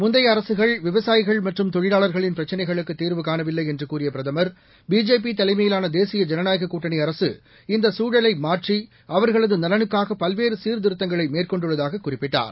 முந்தைய அரசுகள் விவசாயிகள் மற்றும் தொழிலாளர்களின் பிரச்சினைகளுக்கு தீர்வு காணவில்லை என்று கூறிய பிரதமர் பிஜேபி தலைமையிலான தேசிய ஜனநாயக கூட்டணி அரக இந்த சூழலை மாற்றி அவர்களது நலனுக்காக பல்வேறு சீர்திருத்தங்களை மேற்கொண்டுள்ளதாக குறிப்பிட்டார்